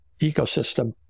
ecosystem